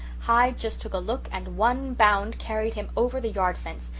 hyde just took a look and one bound carried him over the yard fence.